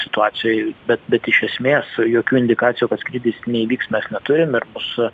situacijoj bet bet iš esmės jokių indikacijų kad skrydis neįvyks mes neturim ir su